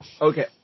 Okay